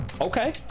Okay